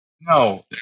no